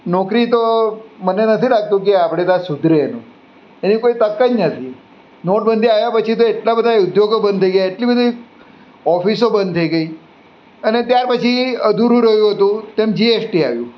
નોકરી તો મને નથી લાગતું કે આ આપણે ત્યાં સુધરે એની કોઈ તક જ નથી નોટબંધી આવ્યા પછી તો એટલા બધા ઉદ્યોગો બંધ થઈ ગયા એટલી બધી ઓફિસો બંધ થઈ ગઈ અને ત્યાર પછી અધૂરું રહ્યું તું તેમ જીએસટી આવ્યું